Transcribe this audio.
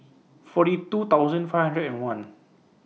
forty two thousand five hundred and one